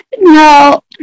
No